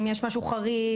אם יש משהו חריג,